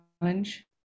challenge